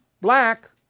black